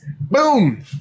Boom